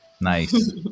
Nice